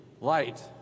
light